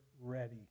ready